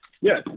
Yes